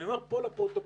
אני אומר פה לפרוטוקול,